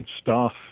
staff